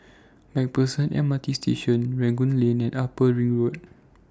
MacPherson M R T Station Rangoon Lane and Upper Ring Road